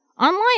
online